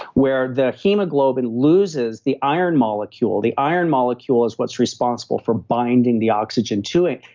where the hemoglobin loses the iron molecule, the iron molecule is what's responsible for binding the oxygen to it.